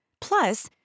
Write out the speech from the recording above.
Plus